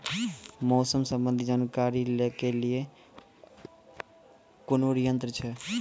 मौसम संबंधी जानकारी ले के लिए कोनोर यन्त्र छ?